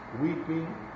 weeping